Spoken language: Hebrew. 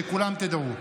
שכולכם תדעו.